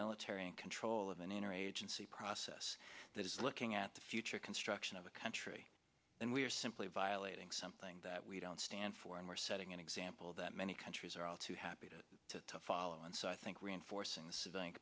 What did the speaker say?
military in control of an inner agency process that is looking at the future construction of a country and we're simply violating something that we don't stand for and we're setting an example that many countries are all too happy to to follow and so i think reinforcing the civilian